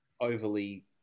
overly